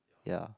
ya